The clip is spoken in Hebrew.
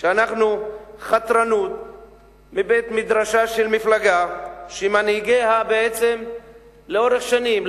חתרנות מבית-מדרשה של מפלגה שמנהיגיה בעצם לאורך שנים,